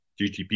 gtp